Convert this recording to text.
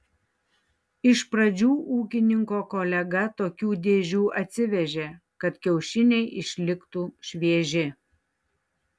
iš pradžių ūkininko kolega tokių dėžių atsivežė kad kiaušiniai išliktų švieži